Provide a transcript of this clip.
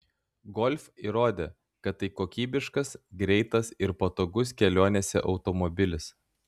golf įrodė kad tai kokybiškas greitas ir patogus kelionėse automobilis